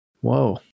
Whoa